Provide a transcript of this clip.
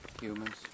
humans